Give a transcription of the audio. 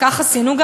וכך גם עשינו,